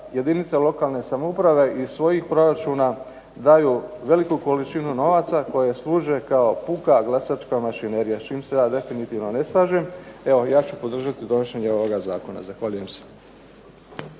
jedinica lokalne samouprave iz svojih proračuna daju veliku količinu novaca koji služe kao puka glasačka mašinerija, s čime se ja definitivno ne slažem. Evo, ja ću podržati donošenje ovog Zakona. Zahvaljujem se.